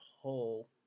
whole